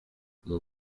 mon